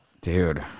Dude